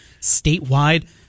statewide